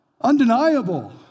undeniable